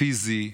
הפיזי.